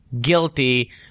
guilty